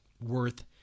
worth